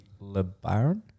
LeBaron